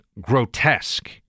grotesque